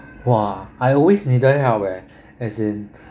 !wah! I always needed help eh as in